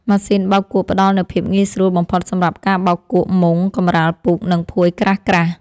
ម៉ាស៊ីនបោកគក់ផ្តល់នូវភាពងាយស្រួលបំផុតសម្រាប់ការបោកគក់មុង កម្រាលពូក និងភួយក្រាស់ៗ។